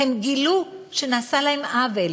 הם גילו שנעשה להם עוול,